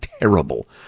terrible